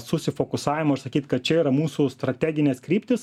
susifokusavimo ir sakyt kad čia yra mūsų strateginės kryptys